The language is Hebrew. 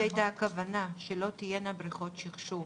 זאת הייתה הכוונה, שלא תהיינה בריכות שכשוך,